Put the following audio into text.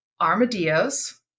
armadillos